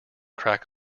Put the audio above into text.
crack